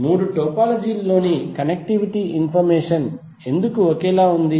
మూడు టోపోలాజీ లలోని connectivity information ఎందుకు ఒకేలా ఉంది